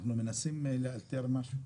אנחנו מנסים לאתר משהו.